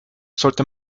sollte